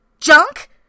Junk